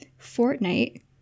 Fortnite